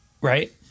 right